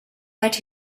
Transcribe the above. but